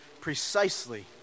precisely